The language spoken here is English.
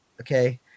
Okay